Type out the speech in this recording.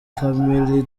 family